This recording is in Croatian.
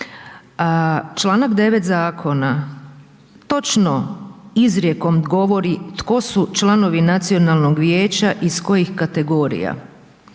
Članak 9. zakona točno izrijekom govori tko su članovi nacionalnog vijeća i iz kojih kategorija.